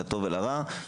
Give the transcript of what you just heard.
לטוב ולרע,